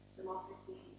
democracy